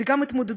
זאת גם התמודדות,